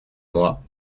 moi